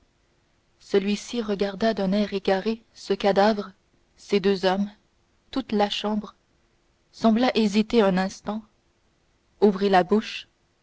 celui-ci regarda d'un air égaré ce cadavre ces deux hommes toute la chambre sembla hésiter un instant ouvrit la bouche